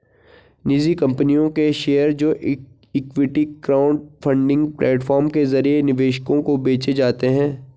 निजी कंपनियों के शेयर जो इक्विटी क्राउडफंडिंग प्लेटफॉर्म के जरिए निवेशकों को बेचे जाते हैं